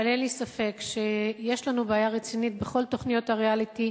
אבל אין לי ספק שיש לנו בעיה רצינית בכל תוכניות הריאליטי.